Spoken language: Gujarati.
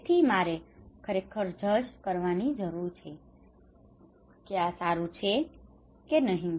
તેથી મારે ખરેખર જજ judge નિર્ણય કરવાની જરૂર છે કે આ સારું છે કે નહીં